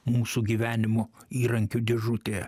mūsų gyvenimo įrankių dėžutėje